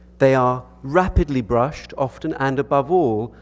they are rapidly brushed often, and above all,